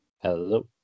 Hello